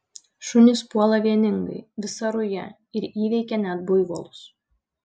šunys puola vieningai visa ruja ir įveikia net buivolus